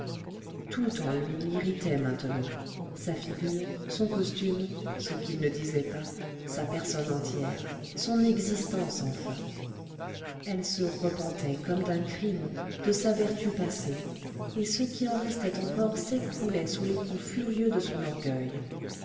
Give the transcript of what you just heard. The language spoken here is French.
tout en lui l'irritait maintenant sa figure son costume ce qu'il ne disait pas sa personne entière son existence enfin elle se repentait comme d'un crime de sa vertu passée et ce qui en restait encore s'écroulait sous les coups furieux de son orgueil